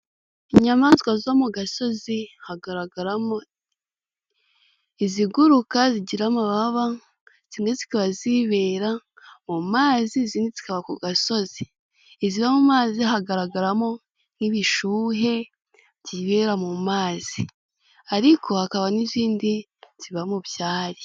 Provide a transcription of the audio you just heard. Inyamaswa zo mu gasozi hagaragara mo iziguruka zigira amababa, zimwe zikaba zibera mu mazi, izindi zikaba ku agasozi. Iziba mu amazi hagaragara mo nk'ibishuhe byibera mu mazi. Ariko hakaba n'izindi ziba mu ibyari.